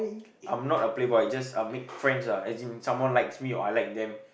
I'm not a playboy just I make friends ah as in someone likes me or I like them